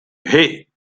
hey